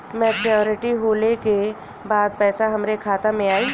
Maturity होले के बाद पैसा हमरे खाता में आई?